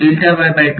વિદ્યાર્થી